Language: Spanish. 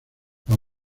las